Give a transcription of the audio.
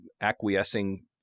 acquiescing